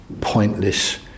pointless